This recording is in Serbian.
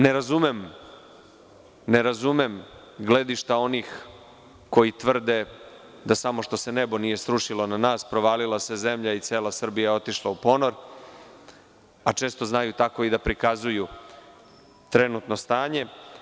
Ne razumem gledišta onih koji tvrde da samo što se nebo nije srušilo na nas, provalila se zemlja i cela Srbija otišla u ponor, a često znaju tako da prikazuju trenutno stanje.